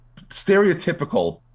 stereotypical